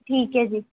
ਠੀਕ ਹੈ ਜੀ